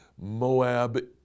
Moab